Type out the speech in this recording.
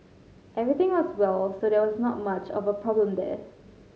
everything was well so there's not much of a problem there